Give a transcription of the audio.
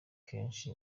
kenshi